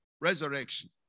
resurrection